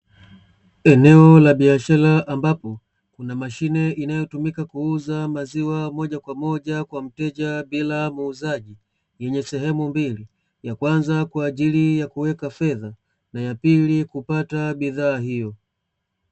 Eneo la biashara ambapo kuna mashine inayotumika kuuza maziwa moja kwa moja kwa mteja bila muuzaji, yenye sehemu mbili ya kwanza kwa ajili ya kuweka fedha na ya pili kupata bidhaa hiyo.